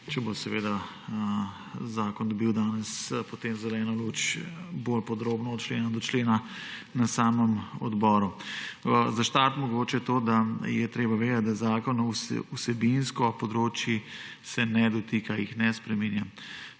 Če bo zakon dobil danes potem zeleno luč, bom bolj podrobno, od člena do člena, na samem odboru. Za štart mogoče to, da je treba vedeti, da se zakon vsebinsko področij ne dotika, jih ne spreminja.